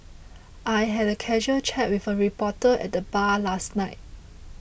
I had a casual chat with a reporter at the bar last night